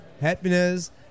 happiness